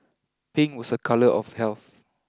Pink was a colour of health